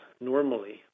normally